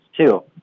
two